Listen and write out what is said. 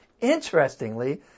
Interestingly